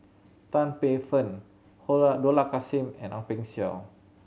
Tan Paey Fern Dollah Kassim and Ang Peng Siong